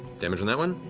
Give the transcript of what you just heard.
damage on that one?